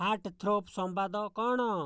heartthrob ସମ୍ବାଦ କ'ଣ